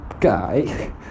guy